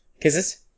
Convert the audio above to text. Kisses